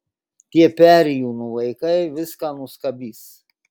tie perėjūnų vaikai viską nuskabys